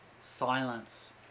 silence